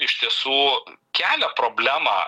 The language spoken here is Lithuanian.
iš tiesų kelia problemą